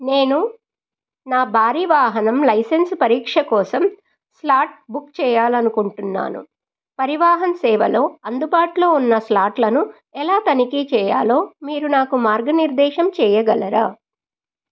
నేను నా భారీ వాహనం లైసెన్స్ పరీక్ష కోసం స్లాట్ బుక్ చేయాలనుకుంటున్నాను పరివాహన్ సేవలో అందుబాటులో ఉన్న స్లాట్లను ఎలా తనిఖీ చేయాలో మీరు నాకు మార్గనిర్దేశం చేయగలరా